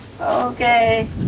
Okay